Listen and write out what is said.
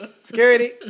Security